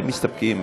הם מסתפקים.